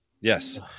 Yes